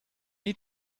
need